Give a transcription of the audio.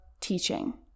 teaching